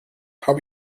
habe